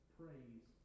praise